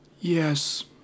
Yes